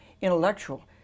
intellectual